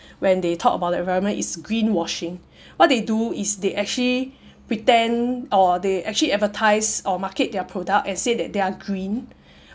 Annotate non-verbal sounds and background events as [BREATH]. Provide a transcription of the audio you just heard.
when they talk about the environment is green washing [BREATH] what they do is they actually pretend or they actually advertise or market their product and say that they are green